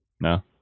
no